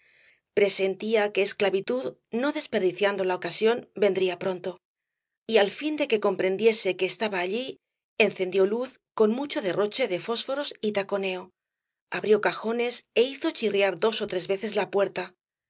presentía que esclavitud no desperdiciando la ocasión vendría pronto y á fin de que comprendiese que estaba allí encendió luz con mucho derroche de fósforos y taconeo abrió cajones é hizo chirriar dos ó tres veces la puerta